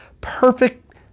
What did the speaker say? perfect